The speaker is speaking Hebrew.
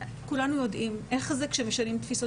כולנו יודעים איך זה כשמשנים תפיסות,